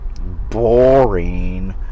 Boring